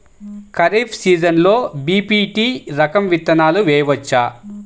ఖరీఫ్ సీజన్లో బి.పీ.టీ రకం విత్తనాలు వేయవచ్చా?